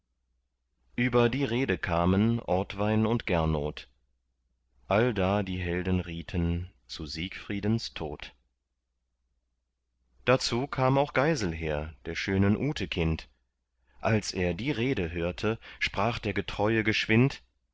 über die rede kamen ortwein und gernot allda die helden rieten zu siegfriedens tod dazu kam auch geiselher der schönen ute kind als er die rede hörte sprach der getreue geschwind